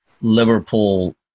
Liverpool